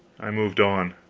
i moved on.